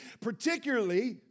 particularly